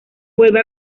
vuelve